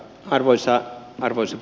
arvoisa puhemies